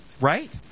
Right